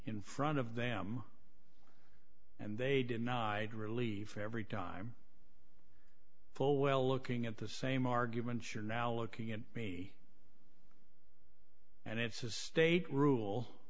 in front of them and they denied relief every time full well looking at the same arguments are now looking at me and it's a state rule